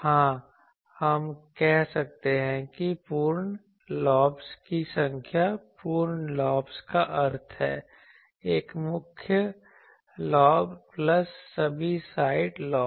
हां हम कह सकते हैं कि पूर्ण लॉब्स की संख्या पूर्ण लॉब्स का अर्थ है एक मुख्य लॉब प्लस सभी साइड लॉब